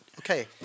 Okay